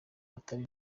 atari